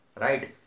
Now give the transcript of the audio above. right